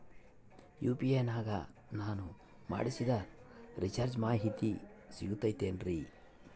UPI ನಾಗ ನಾನು ಮಾಡಿಸಿದ ರಿಚಾರ್ಜ್ ಮಾಹಿತಿ ಸಿಗುತೈತೇನ್ರಿ?